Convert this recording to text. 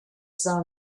saw